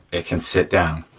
it can sit down.